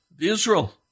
Israel